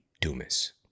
Dumas